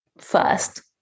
first